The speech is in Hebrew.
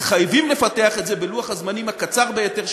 מתחייבים לפתח את זה בלוח הזמנים הקצר ביותר,